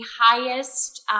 highest